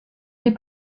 des